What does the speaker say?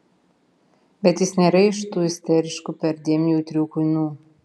bet jis nėra iš tų isteriškų perdėm jautrių kuinų